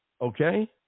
okay